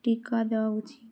টিকা দেওয় উচিত